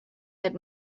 had